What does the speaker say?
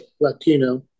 Latino